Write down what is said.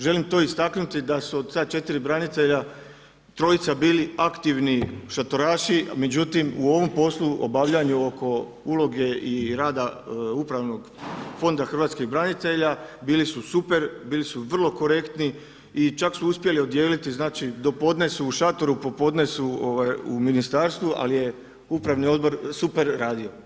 Želim to istaknuti da su od ta četiri branitelja trojica bili aktivni šatoraši, međutim u ovom poslu obavljanje oko uloge i rada upravnog Fonda hrvatskog branitelja, bili su super, bili su vrlo korektni i čak su uspjeli odijeliti znači do podne su u šatoru, popodne su u ministarstvu ali je upravni odbor super radio.